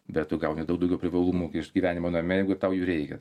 bet tu gauni daug daugiau privalumų iš gyvenimo name jeigu tau jų reikia